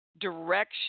direction